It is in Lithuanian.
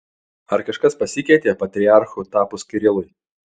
ar kažkas pasikeitė patriarchu tapus kirilui